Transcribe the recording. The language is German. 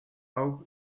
auch